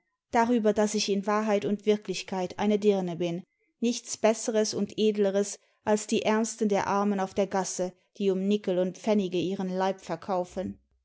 darüber daß ich in wahrheit und wirklichkeit eine dirne bin nichts besseres und edleres als die ärmsten der armen auf der gasse die imi nickel und pfeimige ihren leib verkaufen